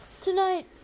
Tonight